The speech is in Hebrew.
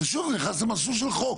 אז שוב נכנס המסלול של חוק.